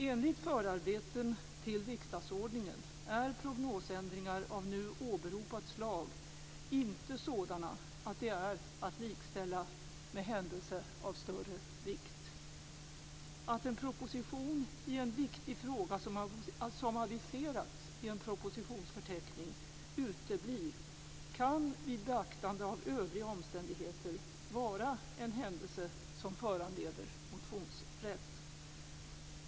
Enligt förarbeten till riksdagsordningen är prognosändringar av nu åberopat slag inte sådana att de är att likställa med händelse av större vikt. Att en proposition i en viktig fråga som aviserats i en propositionsförteckning uteblir kan vid beaktande av övriga omständigheter vara en händelse som föranleder motionsrätt.